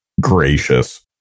gracious